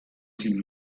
sie